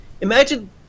Imagine